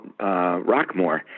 Rockmore